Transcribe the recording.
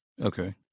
Okay